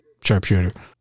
sharpshooter